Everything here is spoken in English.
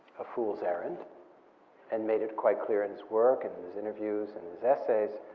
a fool's errand and made it quite clear in his work and his interviews and his essays,